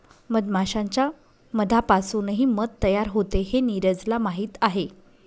मधमाश्यांच्या मधापासूनही मध तयार होते हे नीरजला माहीत आहे